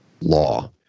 law